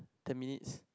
ten minutes